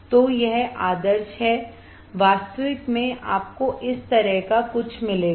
तो यह आदर्श है वास्तविक में आपको इस तरह का कुछ मिलेगा